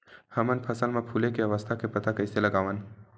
हमन फसल मा फुले के अवस्था के पता कइसे लगावन?